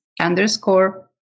underscore